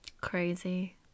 Crazy